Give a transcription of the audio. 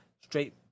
straight